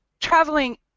traveling